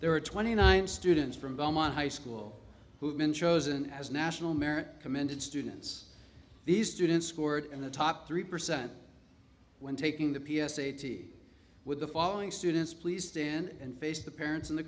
there are twenty nine students from belmont high school who have been chosen as national merit commended students these students scored in the top three percent when taking the p s a t with the following students please stand and face the parents in the